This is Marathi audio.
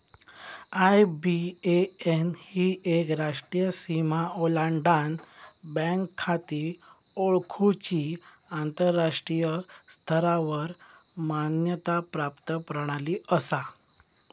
आय.बी.ए.एन ही एक राष्ट्रीय सीमा ओलांडान बँक खाती ओळखुची आंतराष्ट्रीय स्तरावर मान्यता प्राप्त प्रणाली असा